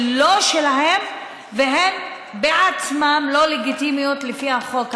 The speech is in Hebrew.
לא שלהן שהן בעצמן לא לגיטימיות לפי החוק הבין-לאומי.